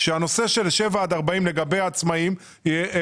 שהנושא של שבעה עד 40 קילומטר לגבי העצמאים יטופל,